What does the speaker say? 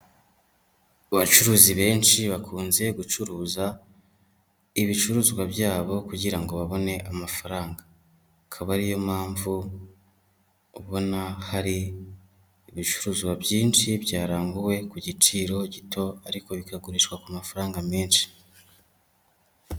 Abacuruzi benshi bakunze gucuruza ibicuruzwa byabo kugira ngo babone amafaranga, akaba ariyo mpamvu ubona hari ibicuruzwa byinshi byaranguwe ku giciro gito ariko bikagurishwa ku mafaranga menshi.